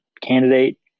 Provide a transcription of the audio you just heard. candidate